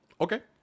Okay